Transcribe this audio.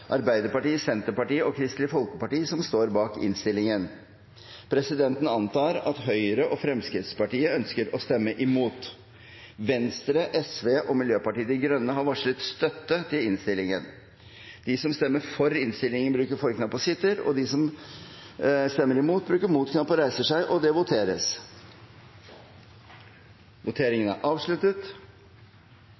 Arbeiderpartiet, Senterpartiet og Kristelig Folkeparti som står bak innstillingen. Presidenten antar at Høyre og Fremskrittspartiet ønsker å stemme imot. Venstre, Sosialistisk Venstreparti og Miljøpartiet De Grønne har varslet støtte til innstillingen. Det voteres over komiteens innstilling til rammeområde 5, II–IX og XI–XIII. Presidenten antar at alle nå vil stemme for innstillingen. Under debatten er det satt frem i alt tre forslag. Det er